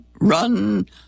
run